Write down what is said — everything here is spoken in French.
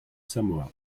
samoa